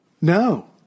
No